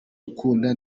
ukundwa